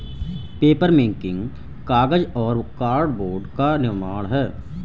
papermaking कागज और cardboard का निर्माण है